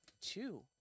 Two